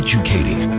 Educating